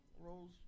Rose